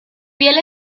piel